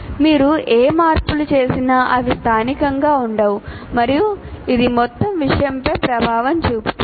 మీరు ఏ మార్పులు చేసినా అవి స్థానికంగా ఉండవు మరియు ఇది మొత్తం విషయంపై ప్రభావం చూపుతుంది